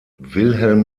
wilhelm